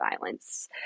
violence